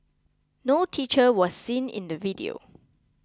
no teacher was seen in the video